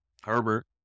Herbert